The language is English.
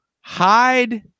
hide